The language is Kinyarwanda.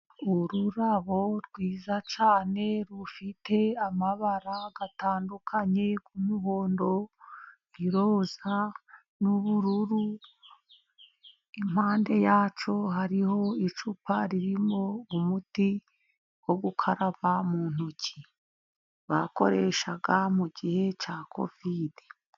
Ururabo rwiza cyane, rufite amabara atandukanye y'umuhondo, y'iroza n'ubururu. Impande yarwo hariho icupa, ririmo umuti wo gukaraba mu ntoki bakoreshaga mugihe cya covide.